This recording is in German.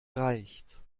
reicht